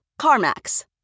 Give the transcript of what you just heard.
CarMax